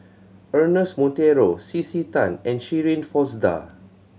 Ernest Monteiro C C Tan and Shirin Fozdar